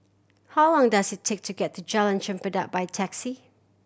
how long does it take to get to Jalan Chempedak by taxi